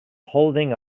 holding